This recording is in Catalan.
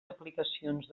aplicacions